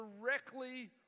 directly